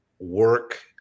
Work